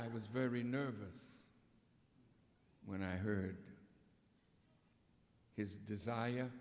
i was very nervous when i heard his desire